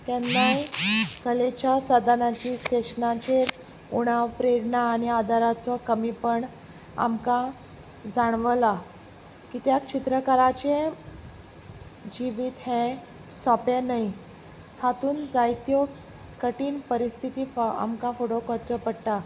केन्नाय कलेच्या साधनाची स्टेशनाचेर उणाव प्रेरणा आनी आदाराचो कमीपण आमकां जाणवला कित्याक चित्रकलाचें जिवीत हें सोपें न्हय हातूंत जायत्यो कठीण परिस्थितींक आमकां फुडो करचो पडटा